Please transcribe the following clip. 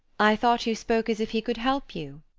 i thought you spoke as if he could help you.